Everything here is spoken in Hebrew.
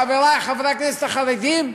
חברי חברי הכנסת החרדים,